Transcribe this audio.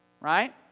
Right